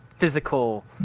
physical